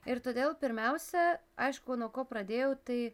ir todėl pirmiausia aišku nuo ko pradėjau tai